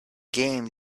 game